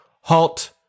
halt